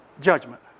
judgment